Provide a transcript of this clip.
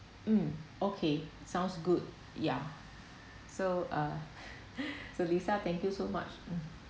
mm okay sounds good yeah so uh so lisa thank you so much